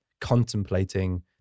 contemplating